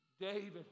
David